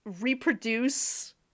reproduce